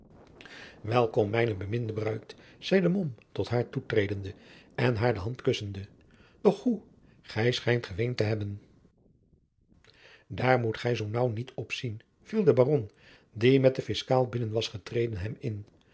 welkom mijne beminde bruid zeide mom tot haar toetredende en haar de hand kussende doch hoe gij schijnt geweend te hebben daar moet gij zoo naauw niet op zien viel de baron die met den fiscaal binnen was getreden hem in